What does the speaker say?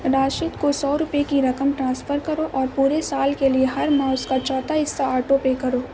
راشد کو سو روپیے کی رقم ٹرانسفر کرو اور پورے سال کے لیے ہر ماہ اُس کا چوتھا حصّہ آٹو پے کرو